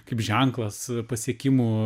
kaip ženklas pasiekimų